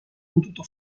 potuto